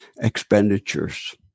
expenditures